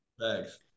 thanks